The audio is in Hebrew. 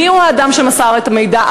מיהו האדם שמסר את המידע?